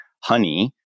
honey